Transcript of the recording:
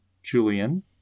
Julian